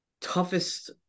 toughest